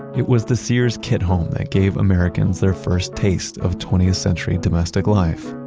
it was the sears kit home that gave americans their first taste of twentieth century domestic life.